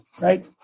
right